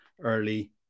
early